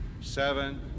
seven